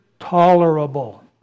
Tolerable